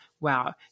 wow